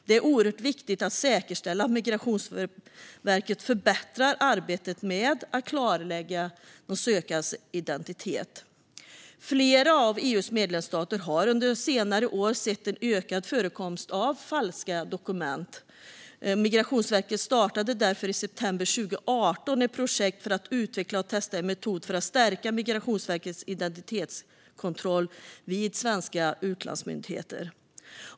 Det är oerhört viktigt att säkerställa att Migrationsverket förbättrar arbetet med att klarlägga de sökandes identitet. Flera av EU:s medlemsstater har under senare år sett en ökad förekomst av falska dokument. Migrationsverket startade därför i september 2018 ett projekt för att utveckla och testa en metod för att stärka Migrationsverkets identitetskontroller vid svenska utlandsmyndigheter.